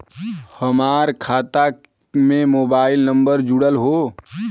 हमार खाता में मोबाइल नम्बर जुड़ल हो?